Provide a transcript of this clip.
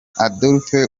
adolphe